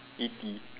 eighty